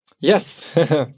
Yes